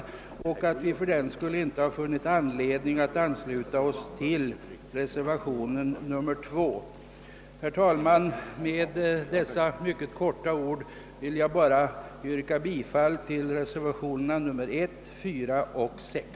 Vi har fördenskull inte funnit anledning att ansluta oss till reservationen 2. Herr talman! Med dessa ord ber jag att få yrka bifall till reservationerna 1, 4 och 6.